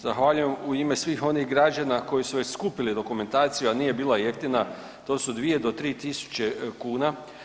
Zahvaljujem u ime svih onih građana koji su već skupili dokumentaciju, a nije bila jeftina, to su 2 do 3 tisuće kuna.